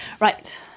Right